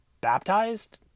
baptized